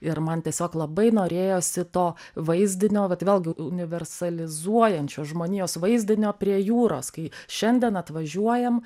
ir man tiesiog labai norėjosi to vaizdinio vat vėlgi universalizuojančio žmonijos vaizdinio prie jūros kai šiandien atvažiuojam